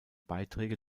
beiträge